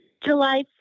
July